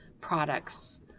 products